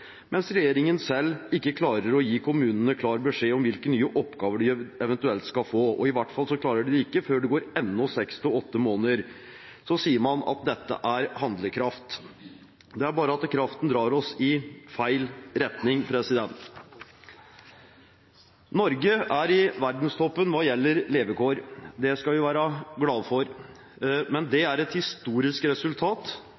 mens regjeringen selv ikke klarer å gi kommunene klar beskjed om hvilke nye oppgaver de eventuelt skal få, og i hvert fall klarer de det ikke før det går enda seks–åtte måneder. Så sier man at dette er handlekraft. Det er bare at kraften drar oss i feil retning. Norge er i verdenstoppen hva gjelder levekår. Det skal vi være glad for. Men